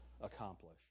accomplish